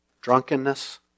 Drunkenness